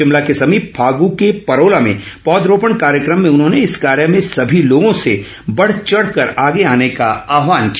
शिमला के समीप फागू के परोला में पौधरोपण कार्यक्रम में उन्होंने इस कार्य में सभी लोगों से बढ़ चढ़ कर आगे आने का आहवान किया